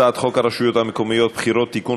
הצעת חוק הרשויות המקומיות (בחירות) (תיקון,